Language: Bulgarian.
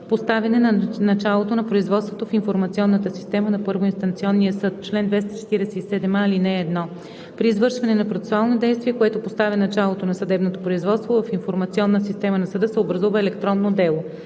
„Поставяне на началото на производството в информационната система на първоинстанционния съд Чл. 247а. (1) При извършване на процесуално действие, което поставя началото на съдебно производство, в информационна система на съда се образува електронно дело.